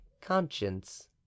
conscience